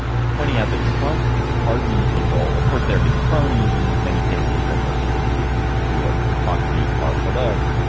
pointing out that trump is pardoning people. of course, they're his cronies in many cases. and there are people who who are fox news called celebs,